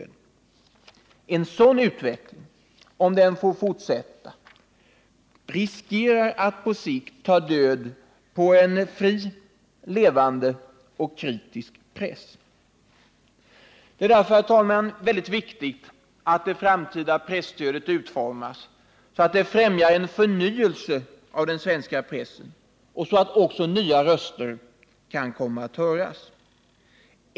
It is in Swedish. Med en sådan utveckling riskerar vi att på sikt ta död på en fri, levande och kritisk press. Det är därför, herr talman, viktigt att det framtida presstödet utformas så att det främjar en förnyelse av den svenska pressen, och att också nya röster kan komma att höras.